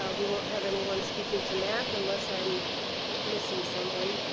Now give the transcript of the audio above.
ah we won't have anyone speaking to math unless, i'm missing someone.